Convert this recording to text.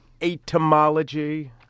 etymology